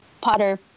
Potter